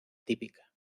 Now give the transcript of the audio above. típica